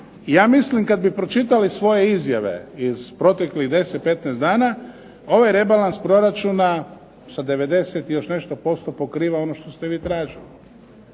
ja mislim kad bi pročitali svoje izjave iz proteklih 10, 15 dana ovaj rebalans proračuna sa 90 i još nešto posto pokriva ono što ste vi tražili.